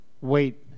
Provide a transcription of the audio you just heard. wait